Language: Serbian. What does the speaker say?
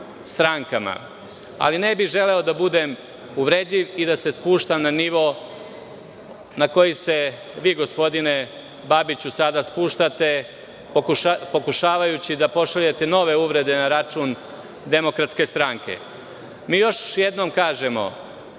Ne bih želeo da budem uvredljiv i da se spuštam na nivo na koji se vi gospodine Babiću sada spuštate, pokušavajući da pošaljete nove uvrede na račun DS.Mi još jednom kažemo,